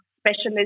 specialist